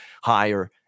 higher